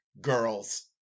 girls